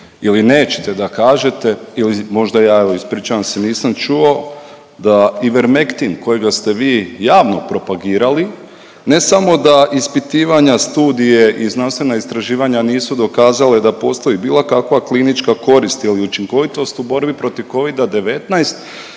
ili nećete da kažete ili možda ja, evo ispričavam se nisam čuo, da Ivermektin kojega ste vi javno propagirali ne samo da ispitivanja studije i znanstvena istraživanja nisu dokazale da postoji bilo kakva klinička korist ili učinkovitost u borbi protiv Covida-19,